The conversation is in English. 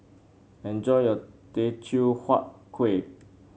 enjoy your Teochew Huat Kueh